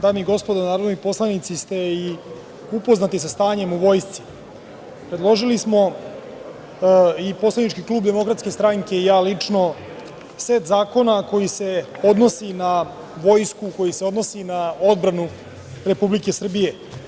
Dame gospodo narodni poslanici, kao što ste upoznati sa stanjem u vojsci, predložili smo, poslanički klub DS i ja lično set zakona koji se odnosi na vojsku, koji se odnosi na odbranu Republike Srbije.